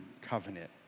covenant